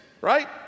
right